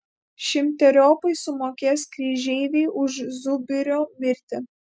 šimteriopai sumokės kryžeiviai už zubrio mirtį